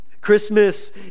Christmas